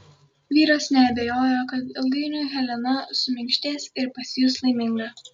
vyras neabejojo kad ilgainiui helena suminkštės ir pasijus laiminga